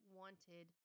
wanted